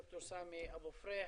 ד"ר סאמי אבו פריח,